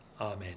Amen